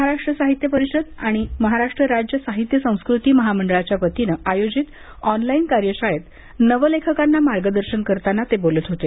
महाराष्ट्र साहित्य परिषद आणि महाराष्ट्र राज्य साहित्य संस्कृती मंडळावतीने आयोजित ऑनलाईन कार्यशाळेत नव लेखकांना मार्गदर्शन करताना ते बोलत होते